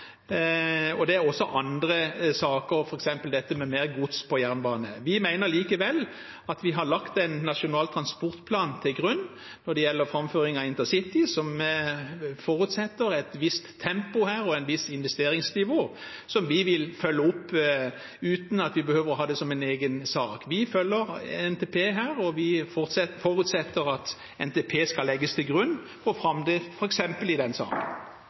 og det er også andre saker, f.eks. dette med mer gods på jernbanen. Vi mener likevel vi har lagt Nasjonal transportplan til grunn når det gjelder framdriften på intercity, som forutsetter et visst tempo og et visst investeringsnivå, som vi vil følge opp uten at vi behøver å ha det som en egen sak. Vi følger NTP her, og vi forutsetter at NTP skal legges til grunn for framdriften, f.eks. i den saken.